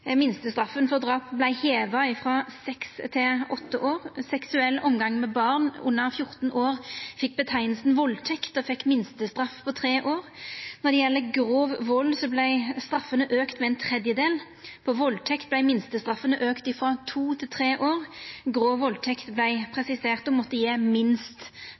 Minstestraffa for drap vart heva frå seks til åtte år. Seksuell omgang med barn under 14 år fekk nemninga valdtekt og fekk minstestraff på tre år. Når det gjeld grov vald, vart straffene auka med ein tredjedel. For valdtekt vart minstestraffene auka frå to til tre år. Grov valdtekt vart presisert å måtta gje minst